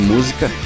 Música